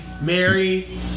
Mary